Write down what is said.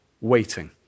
waiting